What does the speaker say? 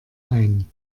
ein